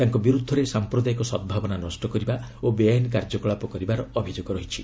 ତାଙ୍କ ବିରୁଦ୍ଧରେ ସାମ୍ପ୍ରଦାୟିକ ସଦ୍ଭାବନା ନଷ୍ଟ କରିବା ଓ ବେଆଇନ କାର୍ଯ୍ୟକଳାପ କରିବାର ଅଭିଯୋଗ ଅଛି